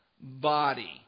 body